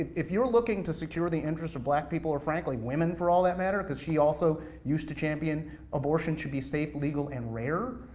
if you're looking to secure the interest of black people, or frankly women, for all that matter, because she also used to champion abortion should be safe, legal, and rare,